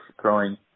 throwing